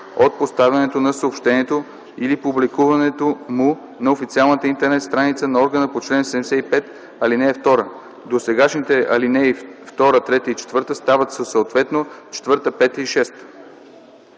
от поставянето на съобщението или публикуването му на официалната интернет страница на органа по чл. 75, ал. 2.” 3. Досегашните ал. 2, 3 и 4 стават съответно ал. 4, 5 и 6.”